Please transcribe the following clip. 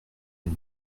une